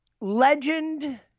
legend